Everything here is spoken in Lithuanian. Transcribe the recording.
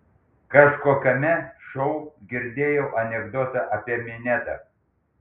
kažkokiame šou girdėjau anekdotą apie minedą